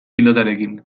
pilotarekin